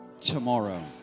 Tomorrow